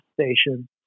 station